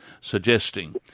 suggesting